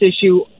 issue